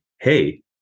Hey